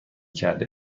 کرده